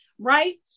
right